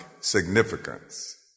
significance